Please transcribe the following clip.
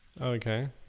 Okay